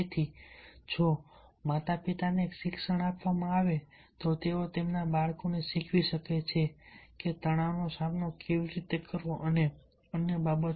તેથી જો માતાપિતાને શિક્ષણ આપવામાં આવે તો તેઓ તેમના બાળકને શીખવી શકે છે કે તણાવનો સામનો કેવી રીતે કરવો અને અન્ય બાબતો